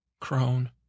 Crone